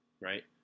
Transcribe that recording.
right